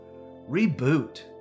reboot